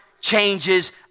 changes